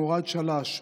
מוראד שלש,